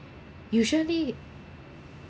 usually